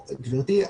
גברתי,